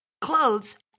clothes